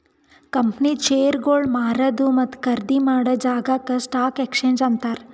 ಕಂಪನಿದು ಶೇರ್ಗೊಳ್ ಮಾರದು ಮತ್ತ ಖರ್ದಿ ಮಾಡಾ ಜಾಗಾಕ್ ಸ್ಟಾಕ್ ಎಕ್ಸ್ಚೇಂಜ್ ಅಂತಾರ್